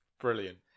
Brilliant